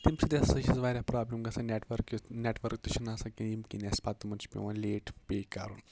تمہِ سۭتۍ ہَسا چھِ وارِیاہ پرابلِم گَژھان نیٚٹؤرکہِ نیٚٹؤرک تہِ چھُنہٕ آسان کہیٖنۍ ییٚمہِ کِنۍ اَسہِ پَتہ یِمن چھُ پیٚوان لیٹ پے کَرُن